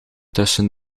tussen